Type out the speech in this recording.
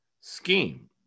scheme